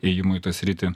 įėjimų į tą sritį